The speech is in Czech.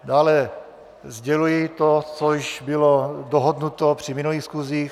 Dále sděluji to, co již bylo dohodnuto při minulých schůzích.